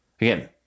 again